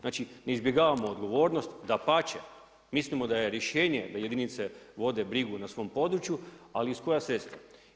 Znači ne izbjegavamo odgovornost, dapače, mislimo da je rješenje da jedinice vode brigu na svom području, ali uz koja sredstva.